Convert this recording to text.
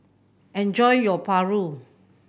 enjoy your paru